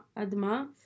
Adma